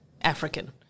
african